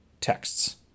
texts